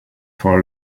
for